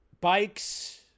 bikes